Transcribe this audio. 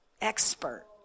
expert